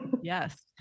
Yes